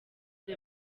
the